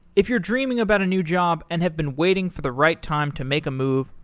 if you're dreaming about a new job and have been waiting for the right time to make a move,